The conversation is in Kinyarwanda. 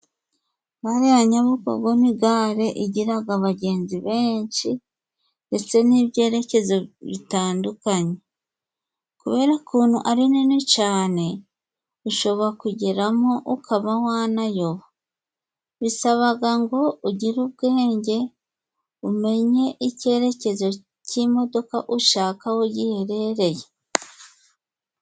Gare ya Nyabugogo ni gare igiraga abagenzi benshi ndetse n'ibyerekezo bitandukanye ,kubera ukuntu ari nini cane ushobora kugeramo ukaba wanayoba, bisabaga ngo ugire ubwenge umenye icyerekezo cy'imodoka ushaka aho giherereye.